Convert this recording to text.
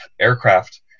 aircraft